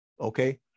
okay